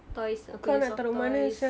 toys aku punya soft toys